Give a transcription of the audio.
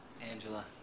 Angela